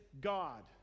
God